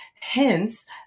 Hence